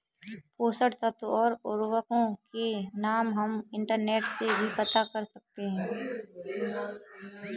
पोषक तत्व और उर्वरकों के नाम हम इंटरनेट से भी पता कर सकते हैं